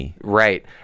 right